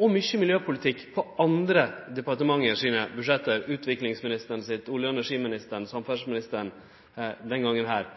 og mykje miljøpolitikk på andre departement sine budsjett – utviklingsministeren sitt, olje- og energiministeren sitt og samferdsleministeren sitt, denne gongen.